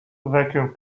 vacuum